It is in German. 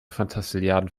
fantastilliarden